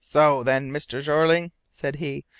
so then, mr. jeorling, said he,